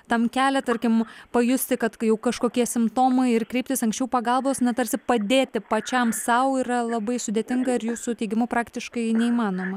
tam kelią tarkim pajusti kad kai kažkokie simptomai ir kreiptis anksčiau pagalbos na tarsi padėti pačiam sau yra labai sudėtinga ir jūsų teigimu praktiškai neįmanoma